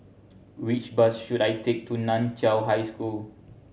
which bus should I take to Nan Chiau High School